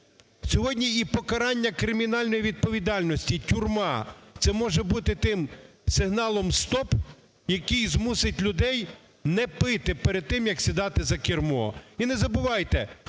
Сьогодні і покарання кримінальною відповідальністю, тюрма - це може бути тим сигналом "стоп", який змусить людей не пити перед тим, як сідати за кермо. І не забувайте,